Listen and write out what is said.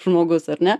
žmogus ar ne